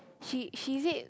she she is it